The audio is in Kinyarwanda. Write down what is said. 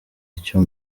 icyo